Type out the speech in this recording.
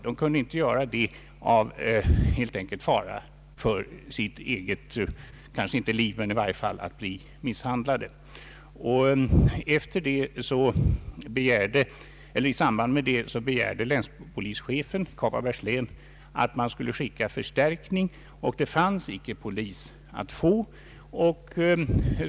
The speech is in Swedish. De kunde inte göra det, kanske inte för faran för deras liv, men på grund av risken att bli misshandlade. I samband med detta begärde länspolischefen i Kopparbergs län att förstärkning skulle skickas, men det fanns ingen polis att få.